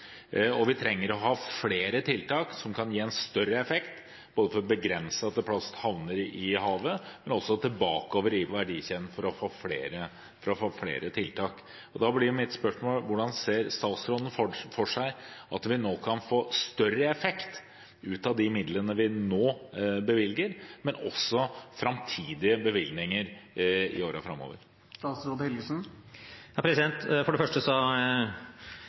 Vi trenger å ha flere tiltak som kan gi en større effekt, både for å begrense at plast havner i havet, og også bakover i verdikjeden. Da blir mitt spørsmål: Hvordan ser statsråden for seg at vi kan få større effekt ut av de midlene vi nå bevilger, og også av framtidige bevilgninger? For det første vil jeg understreke at strandrydding er viktig. Det